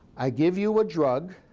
i give you a drug.